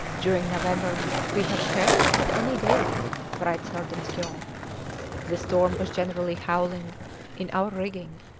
during november we have scarcely had any daylight, writes nordenskiold the storm was generally howling in our rigging,